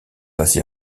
assez